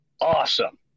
Awesome